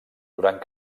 durant